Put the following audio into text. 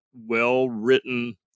well-written